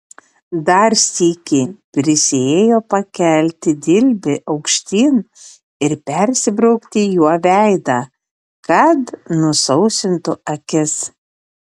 dar sykį prisiėjo pakelti dilbį aukštyn ir persibraukti juo veidą kad nusausintų akis